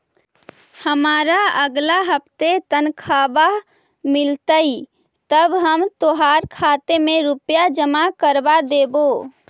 हमारा अगला हफ्ते तनख्वाह मिलतई तब हम तोहार खाते में रुपए जमा करवा देबो